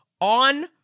on